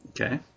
Okay